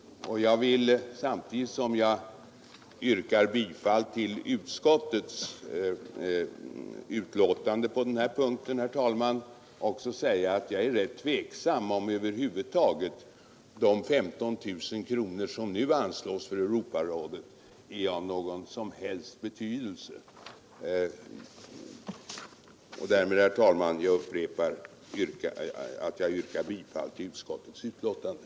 Samtidigt som jag yrkar bifall till utskottsmajoritetens förslag på den här punkten vill jag säga att jag är rätt tveksam, om de 15 000 kronor som nu anslås för Europarörelsens svenska råd över huvud taget är av någon som helst betydelse eller ens berättigad. Herr talman! Jag upprepar att jag yrkar bifall till utskottets hemställan.